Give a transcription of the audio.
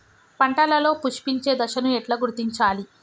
పంటలలో పుష్పించే దశను ఎట్లా గుర్తించాలి?